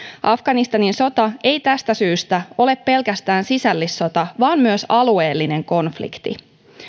afganistanin sota ei tästä syystä ole pelkästään sisällissota vaan myös alueellinen konflikti